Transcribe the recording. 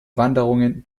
wanderungen